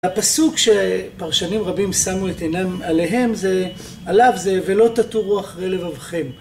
הפסוק שפרשנים רבים שמו את עינם עליהם, זה.. עליו זה, ולא תתורו אחרי לבבכם.